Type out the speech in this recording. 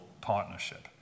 partnership